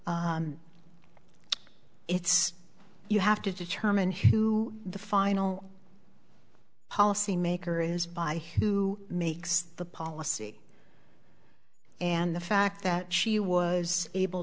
it's you have to determine who the final policy maker is by who makes the policy and the fact that she was able